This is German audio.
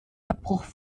abbruch